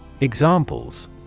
Examples